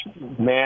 man